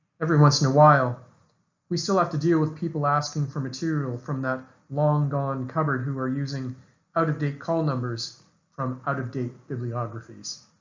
every once in a while we still have to deal with people asking for material from that long-gone cupboard who are using out-of-date call numbers from out-of-date bibliographies.